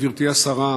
גברתי השרה,